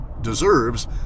deserves